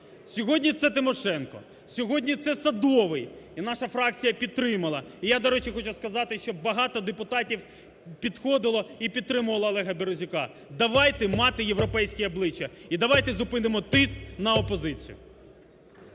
Сьогодні це Тимошенко, сьогодні це Садовий і наша фракція підтримала. І я, до речі, хочу сказати, що багато депутатів підходило і підтримувало Олега Березюка, давайте мати європейське обличчя і давайте зупинимо тиск на опозицію.